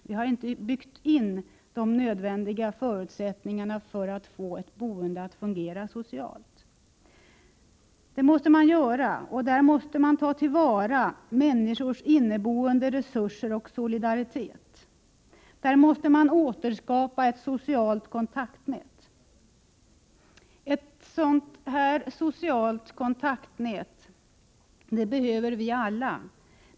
Vi har inte byggt in de förutsättningar som behövs för att få boendet att fungera socialt. Men det måste vi göra. Man måste ta till vara människors inneboende resurser och deras solidaritet. Man måste återskapa ett socialt kontaktnät som vi alla behöver.